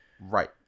Right